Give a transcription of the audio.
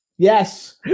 Yes